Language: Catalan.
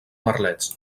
merlets